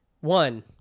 One